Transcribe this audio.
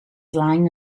lying